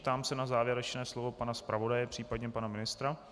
Ptám se na závěrečné slovo pana zpravodaje, případně pana ministra.